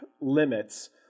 limits